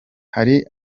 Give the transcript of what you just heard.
hari